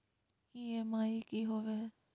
EMI की होवे है?